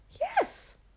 Yes